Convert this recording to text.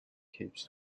keeps